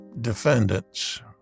defendants